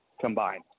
combined